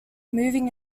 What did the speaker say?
moving